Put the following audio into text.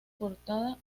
portada